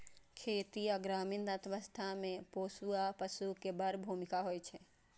खेती आ ग्रामीण अर्थव्यवस्था मे पोसुआ पशु के बड़ भूमिका होइ छै